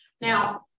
Now